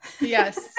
Yes